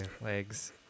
legs